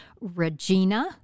Regina